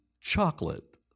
chocolate